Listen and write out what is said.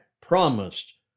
promised